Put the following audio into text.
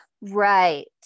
Right